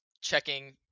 checking